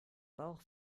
bauch